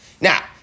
now